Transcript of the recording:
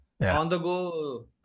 on-the-go